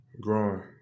growing